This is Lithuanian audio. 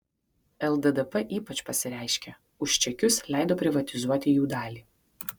lddp ypač pasireiškė už čekius leido privatizuoti jų dalį